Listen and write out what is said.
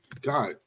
God